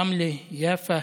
רמלה, יפו,